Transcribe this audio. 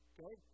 Okay